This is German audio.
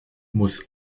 muss